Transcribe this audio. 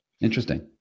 Interesting